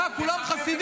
מה, כולם חסידים?